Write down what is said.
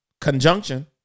Conjunction